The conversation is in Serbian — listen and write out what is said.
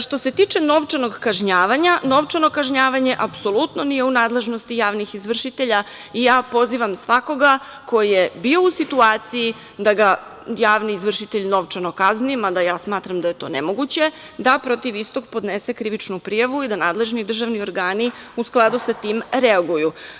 Što se tiče novčanog kažnjavanja, novčano kažnjavanje, apsolutno nije u nadležnosti javnih izvršitelja i ja pozivam svakoga ko je bio u situaciji da ga javni izvršitelj novčano kazni, mada ja smatram da je to nemoguće, da protiv istog podnese krivičnu prijavu i da nadležni državni organi u skladu sa tim reaguju.